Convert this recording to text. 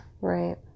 right